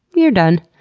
you're done.